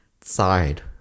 side